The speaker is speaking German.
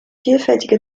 vielfältige